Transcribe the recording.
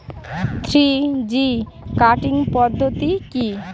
Three G cutting পদ্ধতি কি?